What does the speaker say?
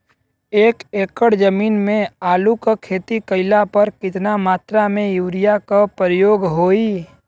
एक एकड़ जमीन में आलू क खेती कइला पर कितना मात्रा में यूरिया क प्रयोग होई?